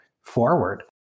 forward